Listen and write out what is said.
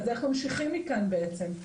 אז איך ממשיכים מכאן בעצם?